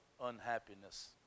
unhappiness